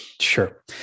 Sure